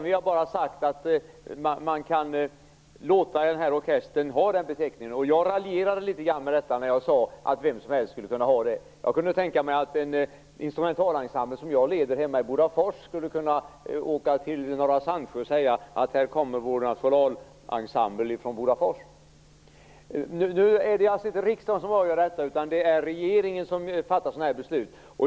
Vi har bara sagt att man kan låta den här orkestern ha den beteckningen. Jag raljerade litet grand med detta när jag sade att vem som helst skulle kunna ha den beteckningen. Jag kunde tänka mig att den instrumentalensemble som jag leder hemma i Bodafors skulle kunna åka till Norra Sandsjö och säga att här kommer vår nationalensemble från Nu är det alltså inte riksdagen som avgör detta, utan det är regeringen som fattar dessa beslut.